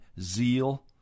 zeal